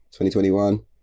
2021